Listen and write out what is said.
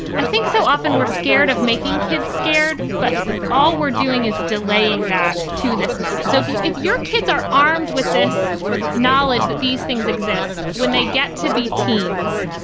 i think so often we're scared of making kids scared, but all we're doing is delaying that to this moment. so if you if your kids are armed with this knowledge that these things exist when they get to be teens,